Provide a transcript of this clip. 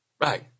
Right